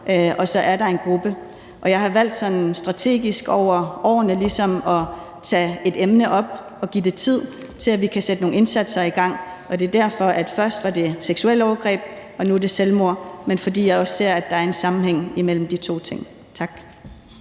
og så er der en anden gruppe. Jeg har valgt sådan strategisk over årene ligesom at tage ét emne op og give det tid, til at vi kan sætte nogle indsatser i gang. Det er derfor, at det først var seksuelle overgreb, og at det nu er selvmord, for jeg ser, at der også er en sammenhæng imellem de to ting. Tak.